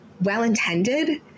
well-intended